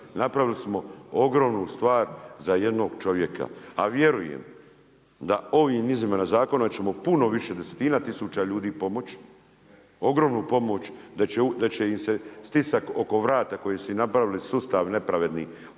Napravili smo ogromnu stvar za jednog čovjeka. A vjerujem da ovim izmjenama zakona ćemo puno više desetina tisuća ljudi pomoći, ogromnu pomoć da će im se stisak oko vrata koji su si napravili sustav nepravedni,